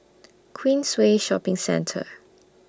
Queensway Shopping Centre